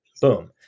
boom